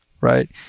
Right